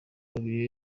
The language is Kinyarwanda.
babiri